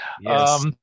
Yes